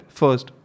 first